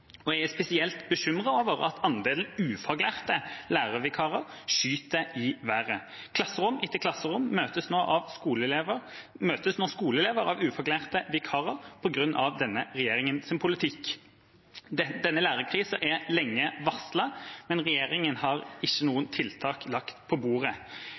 Jeg er spesielt bekymret over at andelen ufaglærte lærervikarer skyter i været. I klasserom etter klasserom møtes nå skoleelever av ufaglærte vikarer på grunn av denne regjeringas politikk. Denne lærerkrisen er lenge varslet, men regjeringa har ikke lagt noen tiltak på bordet.